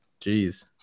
Jeez